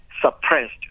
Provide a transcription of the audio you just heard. suppressed